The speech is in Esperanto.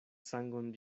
sangon